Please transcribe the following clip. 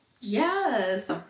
Yes